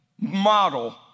model